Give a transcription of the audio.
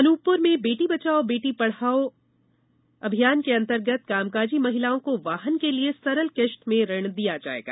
अनूपप्र में बेटी बचाओ बेटी पढ़ाओ के अंतर्गत कामकाजी महिलाओं को वाहन के लिए सरल किश्त में ऋण दिया जाएगा